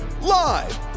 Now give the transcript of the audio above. live